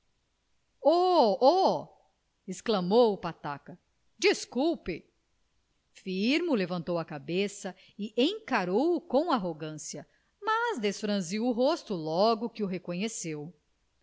oh exclamou o pataca desculpe firmo levantou a cabeça e encarou-o com arrogância mas desfranziu o rosto logo que o reconheceu